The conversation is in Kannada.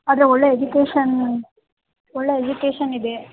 ಆದರೆ ಒಳ್ಳೆಯ ಎಜುಕೇಷನ್ ಒಳ್ಳೆಯ ಎಜುಕೇಷನ್ ಇದೆ